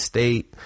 State